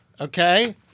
Okay